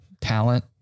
talent